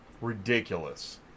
ridiculous